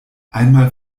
einmal